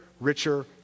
richer